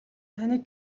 таныг